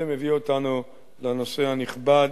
זה מביא אותנו לנושא הנכבד,